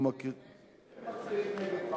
תסתכל בבקשה, הם מצביעים נגד.